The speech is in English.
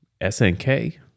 SNK